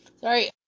sorry